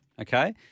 Okay